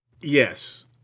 Yes